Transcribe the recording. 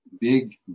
big